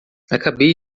acabei